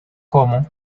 como